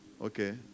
Okay